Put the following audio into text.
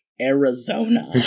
Arizona